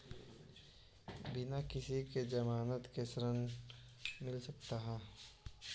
बिना किसी के ज़मानत के ऋण मिल सकता है?